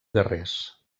guerrers